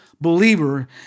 believer